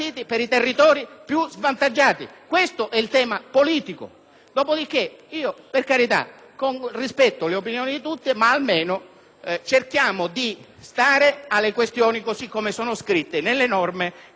Dopodiché, rispetto le opinioni di tutti, ma almeno cerchiamo di stare alle questioni così come sono scritte nelle norme che si stanno votando.